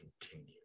continue